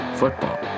football